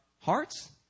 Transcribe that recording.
hearts